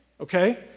Okay